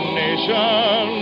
nation